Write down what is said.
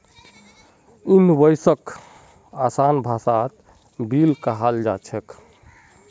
इनवॉइसक आसान भाषात बिल कहाल जा छेक